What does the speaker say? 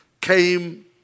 came